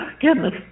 goodness